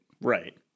Right